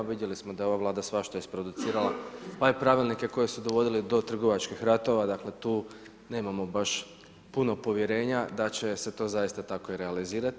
Vidjeli smo da je ova Vlada svašta isproducirala, pa i pravilnike koji su dovodili do trgovačkih ratova dakle, tu nemamo baš puno povjerenja da će se to zaista tako i realizirati.